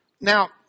Now